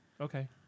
Okay